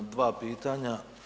Dva pitanja.